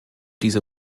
diese